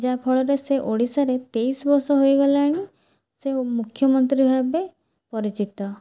ଯାହା ଫଳରେ ସେ ଓଡ଼ିଶାରେ ତେଇଶ ବର୍ଷ ହୋଇଗଲାଣି ସେ ମୁଖ୍ୟମନ୍ତ୍ରୀ ଭାବେ ପରିଚିତ